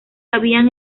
habían